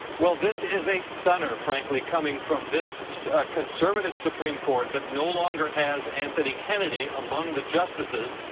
well, this is a stunner, frankly, coming from this conservative supreme court that no longer has anthony kennedy among the justices,